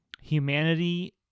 humanity